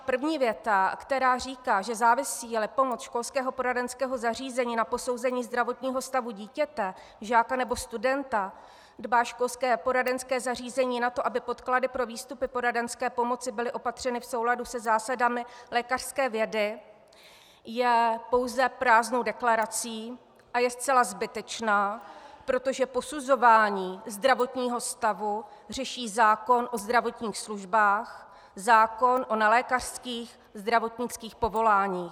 První věta, která říká, že závisíli pomoc školského poradenského zařízení na posouzení zdravotního stavu dítěte, žáka nebo studenta, dbá školské a poradenské zařízení na to, aby podklady pro výstupy poradenské pomoci byly opatřeny v souladu se zásadami lékařské vědy, je pouze prázdnou deklarací a je zcela zbytečná, protože posuzování zdravotního stavu řeší zákon o zdravotních službách, zákon o nelékařských zdravotnických povoláních.